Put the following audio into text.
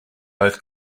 both